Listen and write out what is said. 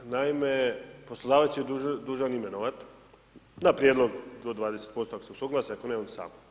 Naime, poslodavac je dužan imenovati na prijedlog do 20% ako su suglasni, ako ne onda sam.